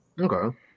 Okay